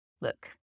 look